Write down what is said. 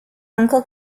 uncle